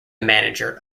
manager